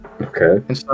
okay